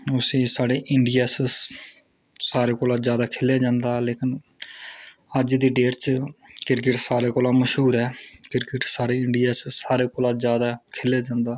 उसी साढे़ इंडिया सारे कोला जादै खे'ल्लेआ जंदा लेकिन अज्ज दी डेट च क्रिकेट सारे कोला मशहूर ऐ क्रिकेट सारे इंडिया च सारे कोला जादै खे'ल्लेआ जंदा